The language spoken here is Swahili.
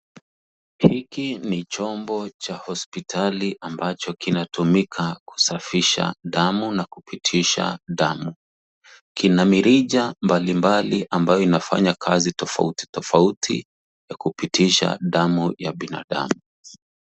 Hiki ni chombo cha hospitali ambacho kinatumika kusafisha damu na kupitisha damu. Kina mirija mbalimbali ambayo inafanya kazi tofauti tofauti ya kupitisha damu ya binadamu.